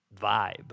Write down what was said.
vibe